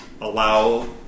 allow